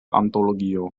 antologio